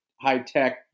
high-tech